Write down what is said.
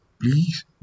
Please